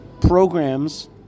programs